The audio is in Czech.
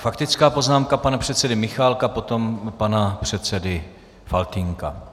Faktická poznámka pana předsedy Michálka, potom pana předsedy Faltýnka.